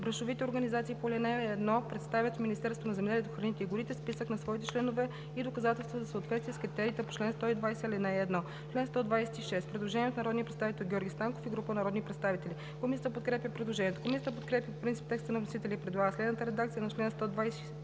Браншовите организации по ал. 1 представят в Министерството на земеделието, храните и горите списък на своите членове и доказателства за съответствие с критериите по чл. 120, ал. 1.“ По чл. 126 има предложение от народния представител Георги Станков и група народни представители. Комисията подкрепя предложението. Комисията подкрепя по принцип текста на вносителя и предлага следната редакция на чл. 126,